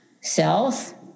self